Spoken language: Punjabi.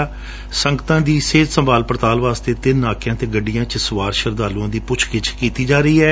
ਸੰਗਤਾਂ ਦੀ ਸਿਹਤ ਪੜਤਾਲ ਵਾਸਤੇ ਤਿੰਨ ਨਾਕਿਆਂ ਤੇ ਗੱਡੀਆਂ 'ਚ ਸਵਾਰ ਸ਼ਰਧਾਲੂਆਂ ਦੀ ਪੁੱਛ ਗਿੱਛ ਕੀਤੀ ਜਾ ਰਹੀ ਹੈ